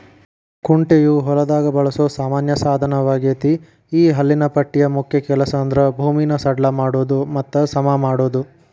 ಕುಂಟೆಯು ಹೊಲದಾಗ ಬಳಸೋ ಸಾಮಾನ್ಯ ಸಾದನವಗೇತಿ ಈ ಹಲ್ಲಿನ ಪಟ್ಟಿಯ ಮುಖ್ಯ ಕೆಲಸಂದ್ರ ಭೂಮಿನ ಸಡ್ಲ ಮಾಡೋದು ಮತ್ತ ಸಮಮಾಡೋದು